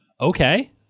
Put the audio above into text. okay